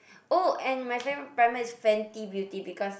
oh and my favorite primer is Fenty Beauty because